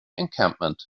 encampment